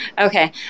Okay